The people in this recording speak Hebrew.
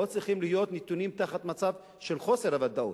הם לא צריכים להיות נתונים תחת מצב של חוסר ודאות.